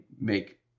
make